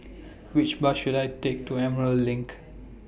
Which Bus should I Take to Emerald LINK